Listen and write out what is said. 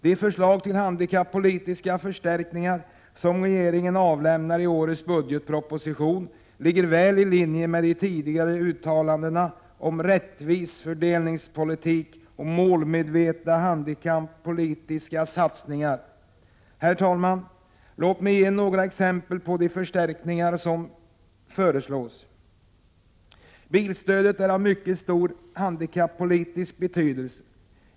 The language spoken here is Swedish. De förslag till handikappolitiska förstärkningar som regeringen avlämnar i årets budgetproposition ligger väl i linje med de tidigare uttalandena om rättvis fördelningspolitik och målmedvetna handikappolitiska satsningar. Herr talman! Låt mig ge några exempel på de förstärkningar som föreslås: - Bilstödet är av mycket stor handikappolitisk betydelse.